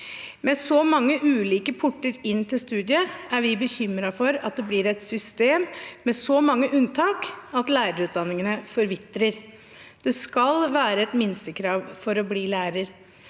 Med så mange ulike por ter inn til studiet er vi bekymret for at det blir et system med så mange unntak at lærerutdanningen forvitrer. Det skal være et minstekrav for å bli lærer.